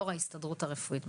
יו"ר ההסתדרות הרפואית.